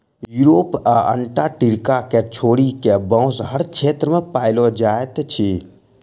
Europe आ Antarctica के छोइड़ कअ, बांस हर क्षेत्र में पाओल जाइत अछि